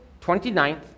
29th